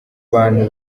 bantu